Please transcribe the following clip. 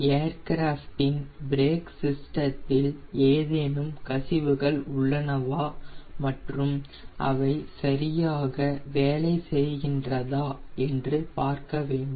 ஏர்கிராஃப்டின் பிரேக் சிஸ்டத்தில் ஏதேனும் கசிவுகள் உள்ளனவா மற்றும் அவை சரியாக வேலை செய்கிறதா என்று பார்க்க வேண்டும்